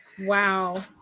Wow